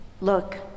Look